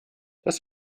das